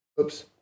Oops